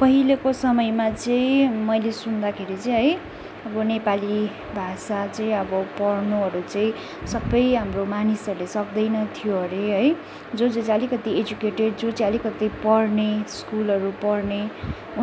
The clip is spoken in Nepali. पहिलेको समयमा चाहिँ मैले सुन्दाखेरि चाहिँ है अब नेपाली भाषा चाहिँ अब पढ्नुहरू चाहिँ सबै हाम्रो मानिसहरूले सक्दैन थियो हरे है जो जो चाहिँ आलिकति एजुकेटेड जो चाहिँ आलिकति पढ्ने स्कुलहरू पढ्ने